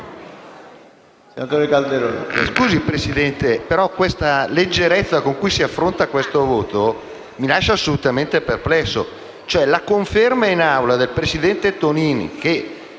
Signor Presidente, la leggerezza con cui si affronta questo voto mi lascia assolutamente perplesso. La conferma in Aula del presidente Tonini del